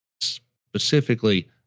specifically